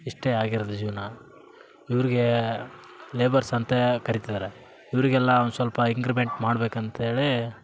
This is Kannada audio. ಇಷ್ಟೇ ಆಗಿರೋದು ಜೀವನ ಇವ್ರಿಗೆ ಲೇಬರ್ಸ್ ಅಂತೇ ಕರಿತಿದಾರೆ ಇವರಿಗೆಲ್ಲ ಸ್ವಲ್ಪ ಇಂಕ್ರಿಮೆಂಟ್ ಮಾಡ್ಬೇಕು ಅಂತೇಳಿ